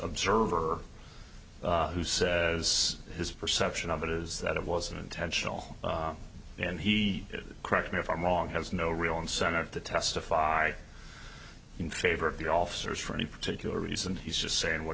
observer who says his perception of it is that it was an intentional and he did correct me if i'm wrong has no real incentive to testify traver of the officers for any particular reason he's just saying what